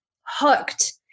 hooked